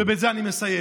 בזה אני מסיים.